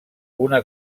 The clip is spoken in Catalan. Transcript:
una